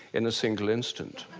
in a single instant.